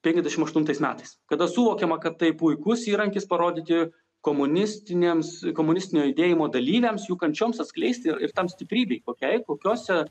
penkiasdešim aštuntais metais kada suvokiama kad tai puikus įrankis parodyti komunistiniams komunistinio judėjimo dalyviams jų kančioms atskleisti ir tam stiprybei tokiai kokiuose